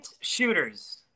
Shooters